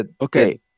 Okay